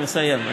אני מסיים.